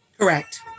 Correct